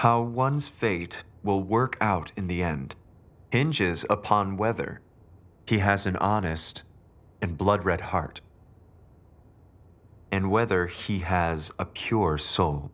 how one's fate will work out in the end inches upon whether he has an autist and blood red heart and whether he has a pure so